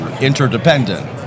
interdependent